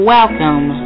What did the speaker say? Welcome